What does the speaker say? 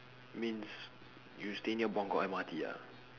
means you stay near Buangkok M_R_T ah